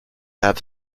have